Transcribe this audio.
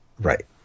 right